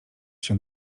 się